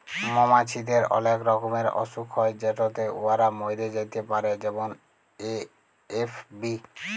মমাছিদের অলেক রকমের অসুখ হ্যয় যেটতে উয়ারা ম্যইরে যাতে পারে যেমল এ.এফ.বি